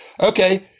Okay